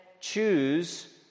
choose